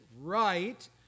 right